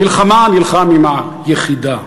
במלחמה נלחם עם ה"יחידה",